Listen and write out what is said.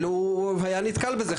אילו הוא היה נתקל בזה.